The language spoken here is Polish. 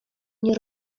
nie